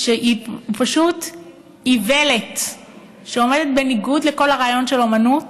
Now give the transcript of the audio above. שהוא פשוט איוולת שעומדת בניגוד לכל הרעיון של אומנות,